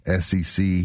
SEC